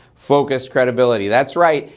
focused credibility. that's right,